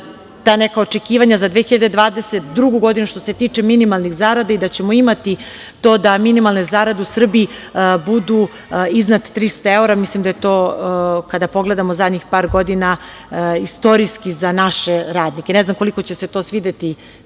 ta neka očekivanja za 2022. godinu, što se tiče minimalnih zarada, da ćemo imati to da minimalne zarade u Srbiji budu iznad 300 evra. Mislim da je to, kada pogledamo zadnjih par godina, istorijski za naše radnike. Ne znam koliko će se to svideti